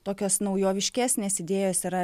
tokios naujoviškesnės idėjos yra